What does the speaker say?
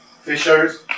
fishers